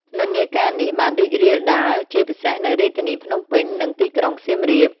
និន្នាការនេះបានរីករាលដាលជាពិសេសនៅរាជធានីភ្នំពេញ និងទីក្រុងសៀមរាប។